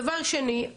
דבר שני,